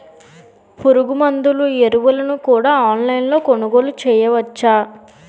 పురుగుమందులు ఎరువులను కూడా ఆన్లైన్ లొ కొనుగోలు చేయవచ్చా?